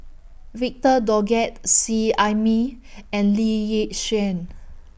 Victor Doggett Seet Ai Mee and Lee Yi Shyan